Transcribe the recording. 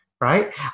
Right